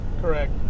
correct